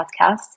podcast